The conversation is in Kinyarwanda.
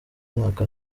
umwaka